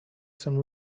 some